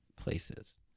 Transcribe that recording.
places